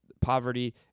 poverty